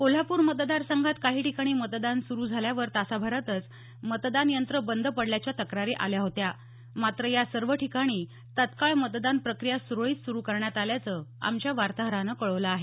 कोल्हापूर मतदार संघात काही ठिकाणी मतदान सुरू झाल्यावर तासाभरातच मतदान यंत्र बंद पडल्याच्या तक्रारी आल्या होत्या मात्र या सर्व ठिकाणी तत्काळ मतदान प्रक्रिया सुरळीत करण्यात आल्याचं आमच्या वार्ताहरानं कळवलं आहे